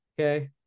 okay